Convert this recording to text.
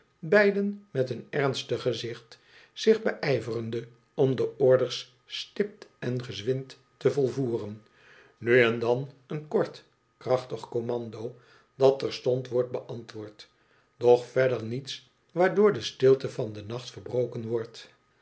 beiden met een ernstig gezicht zich beijverende om de orders stipt en gezwind te volvoeren nu en dan een kort krachtig commando dat terstond wordt beantwoord doch verder niets waardoor de stilte van den nacht verbroken wordt